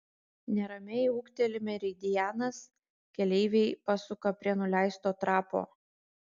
neramiai ūkteli meridianas keleiviai pasuka prie nuleisto trapo